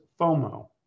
FOMO